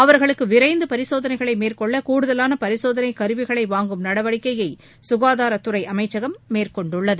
அவர்களுக்கு விரைந்து பரிசோதனைகளை மேற்கொள்ள கூடுதலான பரிசோதனை கருவிகளை வாங்கும் நடவடிக்கையை சுகாதாரத் துறை அமைச்சகம் மேற்கொண்டுள்ளது